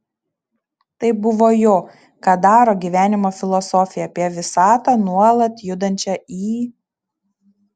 tai buvo jo kadaro gyvenimo filosofija apie visatą nuolat judančią į